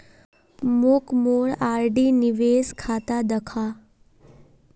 मोक मोर आर.डी निवेश खाता दखा